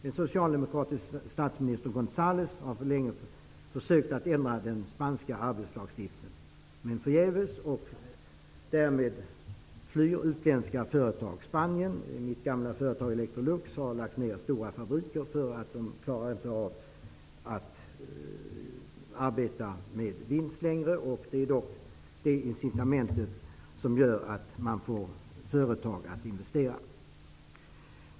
Den socialdemokratiske statsministern Gonzales har länge försökt att ändra den spanska arbetslagstiftningen, men förgäves. Därmed flyr utländska företag Spanien. Mitt gamla företag Electrolux har lagt ned stora fabriker för att de inte klarar av att arbeta med vinst längre. Det är det incitamentet som gör att man får företag att investera.